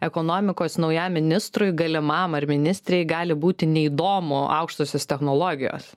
ekonomikos naujam ministrui galimam ar ministrei gali būti neįdomu aukštosios technologijos